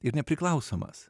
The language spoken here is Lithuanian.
ir nepriklausomas